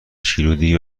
شیرودی